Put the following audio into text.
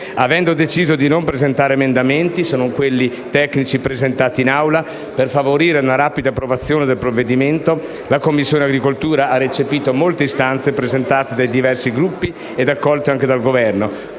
Avendo deciso di non presentare emendamenti, se non quelli tecnici presentati in Assemblea, per favorire la rapida approvazione del provvedimento, la 9a Commissione ha recepito molte istanze presentate dai diversi Gruppi ed accolte anche dal Governo.